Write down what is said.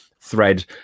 thread